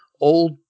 old